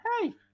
Hey